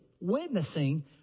witnessing